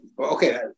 Okay